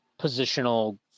positional